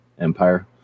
empire